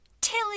Tilly